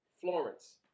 Florence